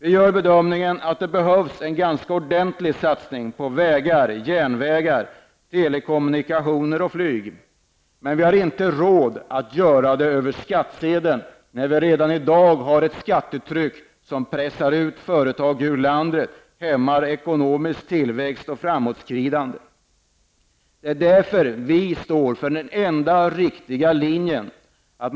Vi bedömer att det behövs en ganska ordentlig satsning på vägar, järnvägar, telekommunikationer och flyg, men vi har inte råd att göra det över skattsedeln, eftersom vi redan i dag har ett skattetryck som tvingar ut företag ur landet, hämmar ekonomisk tillväxt och framåtskridande. Vi står för den enda riktiga linjen.